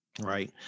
Right